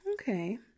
okay